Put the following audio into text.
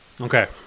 Okay